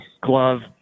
glove